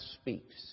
speaks